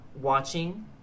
watching